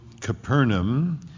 Capernaum